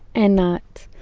and not